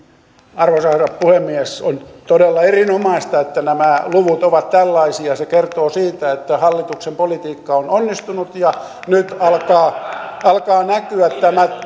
arvoisa herra puhemies on todella erinomaista että nämä luvut ovat tällaisia se kertoo siitä että hallituksen politiikka on onnistunut ja nyt tämä alkaa näkyä